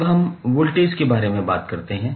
अब हम वोल्टेज के बारे में बात करते हैं